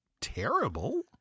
terrible